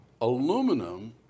Aluminum